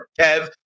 Kev